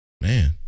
Man